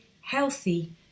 healthy